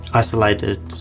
isolated